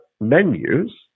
menus